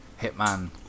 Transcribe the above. Hitman